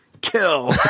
Kill